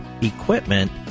equipment